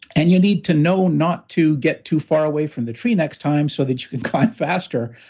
and you need to know not to get too far away from the tree next time so that you can climb faster,